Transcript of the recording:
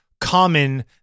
common